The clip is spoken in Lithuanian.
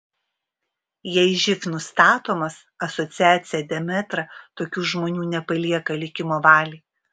jei živ nustatomas asociacija demetra tokių žmonių nepalieka likimo valiai